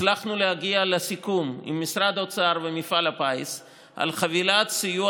הצלחנו להגיע לסיכום עם משרד האוצר ועם מפעל הפיס על חבילת סיוע